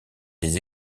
des